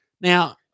Now